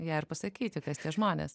ja ir pasakyti kas tie žmonės